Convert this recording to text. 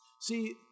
See